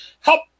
help